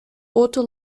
otto